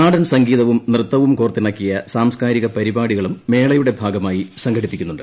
നാടൻ സംഗീതവും നൃത്തവും കോർത്തിണക്കിയ സാംസ്കാരിക പരിപാടികളും മേളയുടെ ഭാഗമായി സംഘടിപ്പിക്കുന്നുണ്ട്